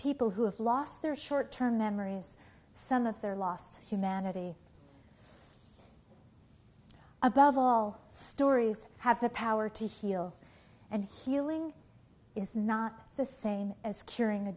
people who have lost their short term memories some of their lost humanity above all stories have the power to heal and healing is not the same as curing the